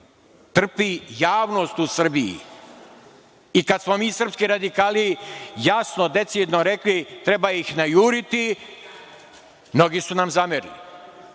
Trpi javnost u Srbiji. Kada smo mi, srpski radikali, jasno i decidno rekli - treba ih najuriti; mnogi su nam zamerili.